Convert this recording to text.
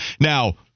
Now